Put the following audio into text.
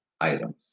items